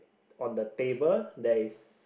on the table there's